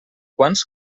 quants